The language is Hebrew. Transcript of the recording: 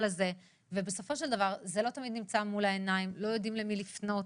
הזה ובסופו של דבר זה לא תמיד נמצא מול העיניים ולא יודעים למי לפנות.